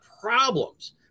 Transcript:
problems